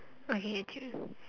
okay two